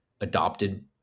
adopted